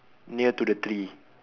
near to the tree